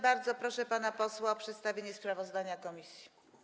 Bardzo proszę pana posła o przedstawienie sprawozdania komisji.